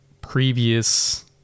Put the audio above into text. previous